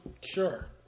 Sure